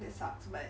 that sucks but